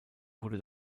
wurde